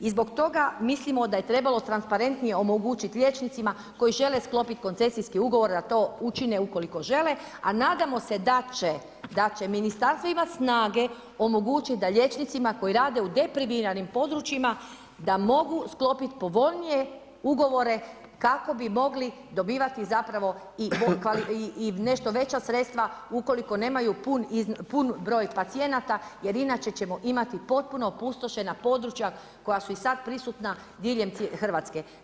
I zbog toga mislimo da je trebalo transparentnije omogućiti liječnicima koji žele sklopiti koncesijski ugovor da to učine ukoliko žele a nadamo se da će ministarstvo imati snage omogućiti da liječnicima koji rade u deprimiranim područjima, da mogu sklopiti povoljnije ugovore kako bi mogli dobivati zapravo i nešto veća sredstva ukoliko nemaju pun broj pacijenata jer inače ćemo imati potpuno opustošena područja koja su i sad prisutna diljem Hrvatske.